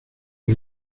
del